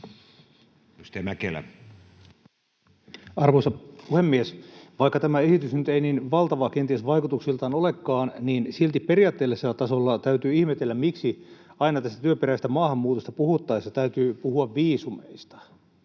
Mäkelä. Arvoisa puhemies! Vaikka tämä esitys nyt ei kenties niin valtava vaikutuksiltaan olekaan, niin silti periaatteellisella tasolla täytyy ihmetellä, miksi tästä työperäisestä maahanmuutosta puhuttaessa täytyy aina puhua viisumeista.